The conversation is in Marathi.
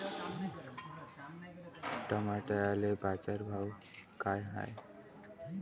टमाट्याले बाजारभाव काय हाय?